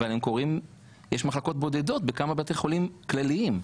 אבל יש מחלקות בודדות בכמה בתי חולים כלליים.